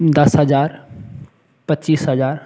दस हज़ार पच्चीस हज़ार